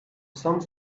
some